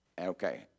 okay